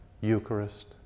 Eucharist